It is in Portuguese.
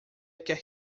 quer